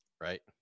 right